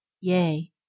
yea